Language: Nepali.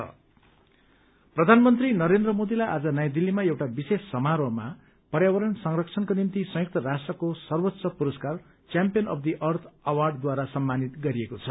अर्थ अवार्ड प्रधानमन्त्री नरेन्द्र मोदीलाई आज नयाँ दिल्लीमा एउटा विशेष समारोहमा पर्यावरण संरक्षणको निम्ति संयुक्त राष्ट्रको सर्वोच्च पुरस्कार च्याम्पियन अफ् द अर्थद्वारा सम्मानित गरिएको छ